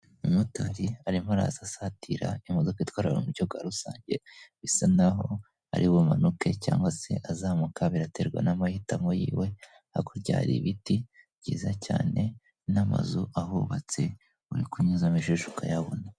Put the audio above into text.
Umumotari arimo araza asatira imodoka itwara abantu mu buryo bwa rusange, bisa n'aho ari bumanuke cyangwa se azamuka biraterwa n'amahitamo y'iwe, hakurya hari ibiti byiza cyane n'amazu ahubatse uri kunyuzamo ijisho ukayabona.